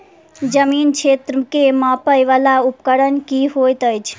जमीन क्षेत्र केँ मापय वला उपकरण की होइत अछि?